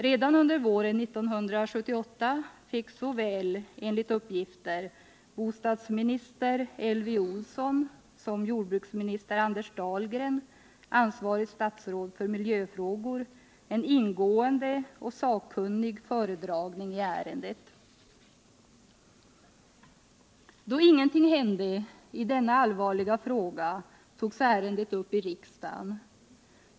Redan under våren 1978 fick enligt uppgifter såväl bostadsminister Elvy Olsson som jordbruksminister Anders Dahlgren, ansvarigt statsråd för miljöfrågor, ingående och sakkunnig föredragning i ärendet. Då ingenting hände i denna allvarliga fråga, togs ärendet upp i riksdagen.